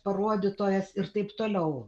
rodytojas ir taip toliau